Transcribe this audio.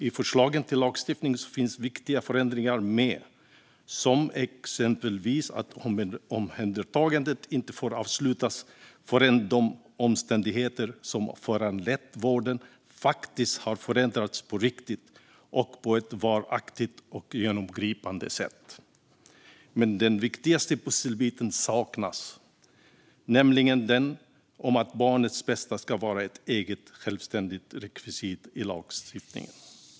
I förslagen till lagstiftning finns viktiga förändringar med, exempelvis att omhändertagandet inte får avslutas förrän de omständigheter som föranlett vården faktiskt har förändrats på riktigt och på ett varaktigt och genomgripande sätt. Men den viktigaste pusselbiten saknas, nämligen den att barnets bästa ska vara ett eget självständigt rekvisit i lagstiftningen.